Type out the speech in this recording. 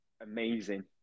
amazing